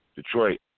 Detroit